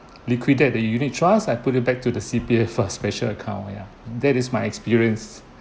liquidate the unit trust I put it back to the C_P_F uh special account ya that is my experience